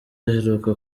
aheruka